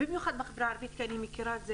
במיוחד בחברה הערבית כי אני מכירה את זה,